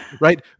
Right